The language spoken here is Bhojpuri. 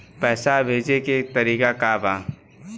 पैसा भेजे के तरीका का बा?